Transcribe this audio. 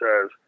says